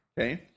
Okay